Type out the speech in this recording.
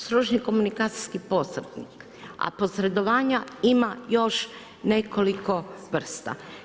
Stručni komunikacijski posrednik, a posredovanja ima još nekoliko vrsta.